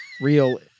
Real